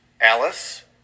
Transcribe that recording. Alice